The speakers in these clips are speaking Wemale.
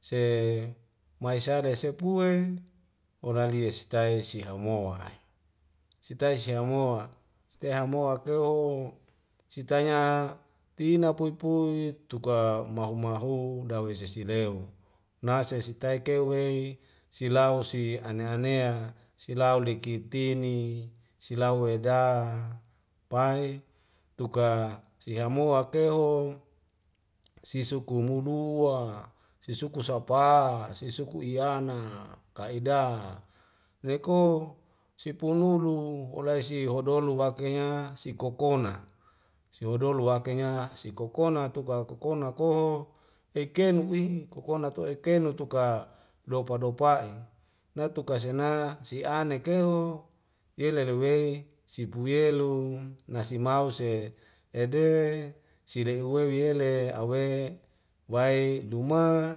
Se maisa daisepue olalia sitai sihamoa i sitai sihamoa sitai hamoa keuho sitanya tina pui pui tuka mahu mahu dawese sisileu nasesi taik keu wei silau si ane anea silau liki tini silau weda pai tuka sihamoak keuho sisuku mu lua sisuku sapa sisuku iyana ka ida neko sipunulu olai si hodolu wakenya sikokona sihodolo wakenya sikokona tuka kokona koho eikenu'i kokona tu ekelu tuka dapa dopa'i natuka sena si anek kuehu yele luwei sipuyelu nasimau se ede sirei uwew yele awe wai luma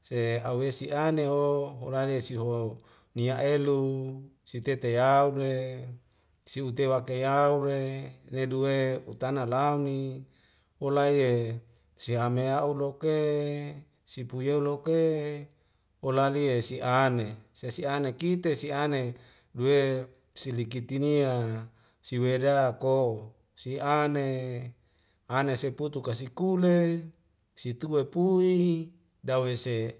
se awe si'ane ho holali a siho ni'a elu siteti yaule siute waka yaule neduwe utana launi ola'ie siamea a'u loke sipuyeu loke holalie si'ane se si'ane kite si'ane duwe silikitinia siweda ko si'ane ane seputu kasi kule situe pui dawese